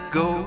go